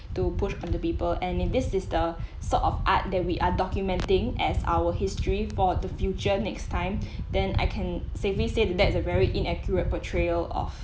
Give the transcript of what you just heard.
to push on the people and if this is the sort of art that we are documenting as our history for the future next time then I can safely say that's a very inaccurate portrayal of